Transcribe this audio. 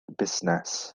busnes